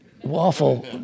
Waffle